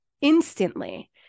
instantly